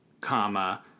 comma